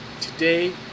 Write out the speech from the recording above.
Today